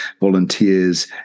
volunteers